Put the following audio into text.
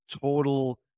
total